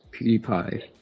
PewDiePie